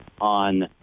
on